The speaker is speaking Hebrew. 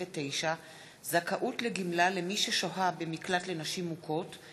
49) (זכאות לגמלה למי ששוהה במקלט לנשים מוכות),